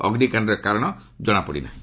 ଅଗ୍ନିକାଶ୍ଡର କାରଣ ଜଣାପଡ଼ି ନାହିଁ